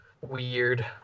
weird